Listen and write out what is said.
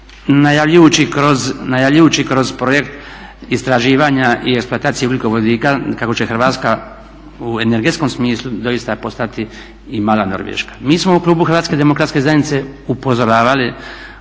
najavljujući kroz projekt istraživanja i eksploatacije ugljikovodika kako će Hrvatska u energetskom smislu doista postati i mala Norveška. Mi smo u klubu HDZ-a upozoravali